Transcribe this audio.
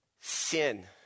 Sin